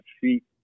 feet